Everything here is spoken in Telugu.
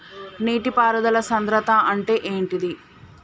నీటి పారుదల సంద్రతా అంటే ఏంటిది?